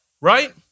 Right